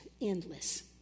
endless